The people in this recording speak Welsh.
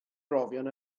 brofion